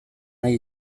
nahi